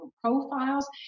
profiles